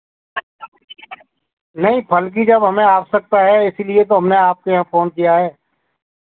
नहीं फल की जब हमें आवश्यकता है इसीलिए तो हमने आपके यहाँ फ़ोन किया है